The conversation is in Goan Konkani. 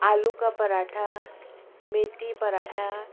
आलू का पराठा मेथी पराठा